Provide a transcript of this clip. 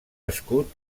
escut